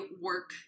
work